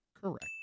correct